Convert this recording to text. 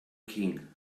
king